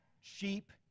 Sheep